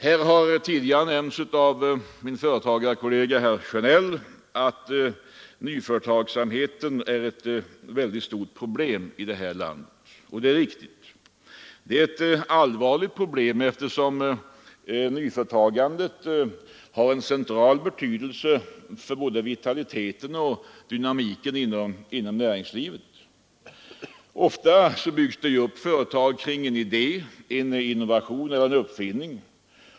Här har tidigare nämnts av min företagarkollega, herr Sjönell, att nyföretagandet är ett mycket stort problem i detta land, och det är riktigt. Det är ett allvarligt problem eftersom nyföretagandet har en central betydelse för både vitaliteten och dynamiken inom näringslivet. Ofta byggs det upp företag kring en idé, en innovation eller en uppfinning.